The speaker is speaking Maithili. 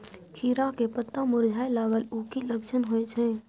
खीरा के पत्ता मुरझाय लागल उ कि लक्षण होय छै?